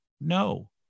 No